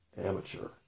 amateur